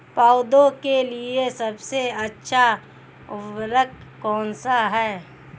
पौधों के लिए सबसे अच्छा उर्वरक कौन सा है?